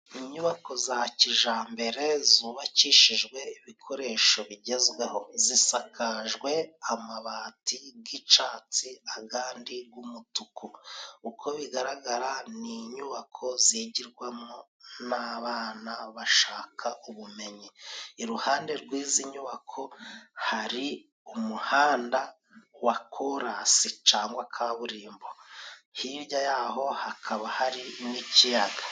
Inyubako za kijambere zubakishijwe ibikoresho bigezweho. Zisakajwe amabati g'icatsi agandi g'umutuku uko bigaragara ni inyubako zigirwamo n'abana bashaka ubumenyi. Iruhande rw'izi nyubako, hari umuhanda wa korasi cangwa kaburimbo. Hirya y'aho hakaba hari n'ikiyaga.